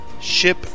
Ship